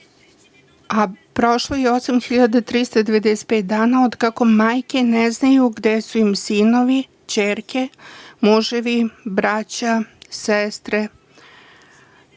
a prošlo je 8.395 dana otkako majke ne znaju gde su im sinovi, ćerke, muževi, braća, sestre.